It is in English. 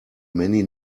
many